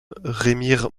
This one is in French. remire